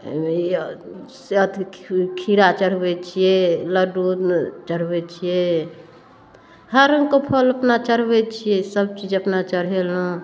अथी खीरा चढ़बै छियै लड्डू चढ़बै छियै हर रङ्गके फल अपना चढ़बै छियै सब चीज अपना चढ़ेलहुँ